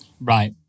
Right